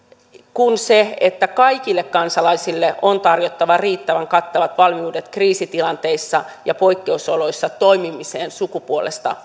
kuin se että kaikille kansalaisille on tarjottava riittävän kattavat valmiudet kriisitilanteissa ja poikkeusoloissa toimimiseen sukupuolesta